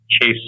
chase